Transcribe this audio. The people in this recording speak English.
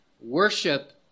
worship